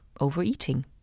overeating